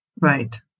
Right